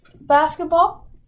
basketball